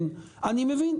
אני מבין,